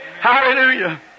Hallelujah